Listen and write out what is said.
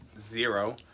zero